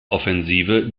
offensive